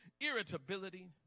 irritability